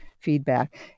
Feedback